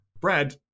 Brad